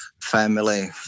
family